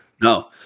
No